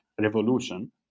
Revolution